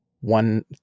one